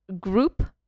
group